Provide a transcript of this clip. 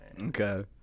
Okay